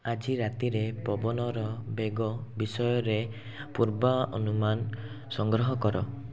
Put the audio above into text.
ଆଜି ରାତିରେ ପବନର ବେଗ ବିଷୟରେ ପୂର୍ବ ଅନୁମାନ ସଂଗ୍ରହ କର